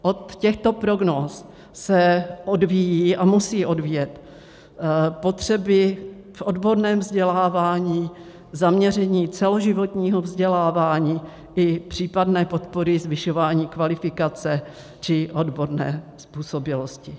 Od těchto prognóz se odvíjí a musí odvíjet potřeby v odborném vzdělávání, zaměření celoživotního vzdělávání i případné podpory zvyšování kvalifikace či odborné způsobilosti.